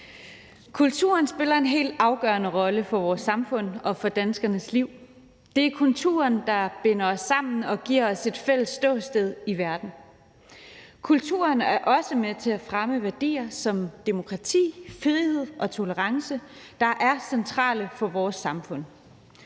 Kulturen spiller en helt afgørende rolle for vores samfund og for danskernes liv. Det er kulturen, der binder os sammen og giver os et fælles ståsted i verden. Kulturen er også med til at fremme værdier som demokrati, frihed og tolerance, der er centrale for vores samfund.